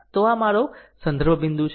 તો આ મારો સંદર્ભ બિંદુ છે